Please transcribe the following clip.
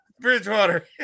Bridgewater